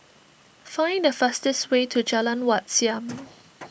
find the fastest way to Jalan Wat Siam